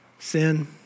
Sin